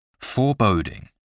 Foreboding